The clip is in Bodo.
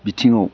बिथिङाव